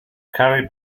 carried